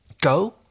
Go